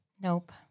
Nope